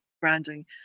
branding